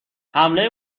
حمله